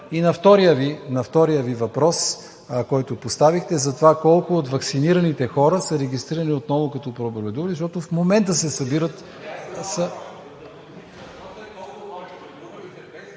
и на втория Ви въпрос, който поставихте, за това колко от ваксинираните хора са регистрирани отново като преболедували, защото в момента се събират…